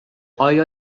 آیا